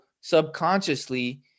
subconsciously